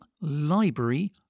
library